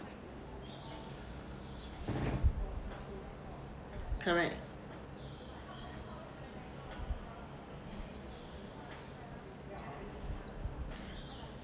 correct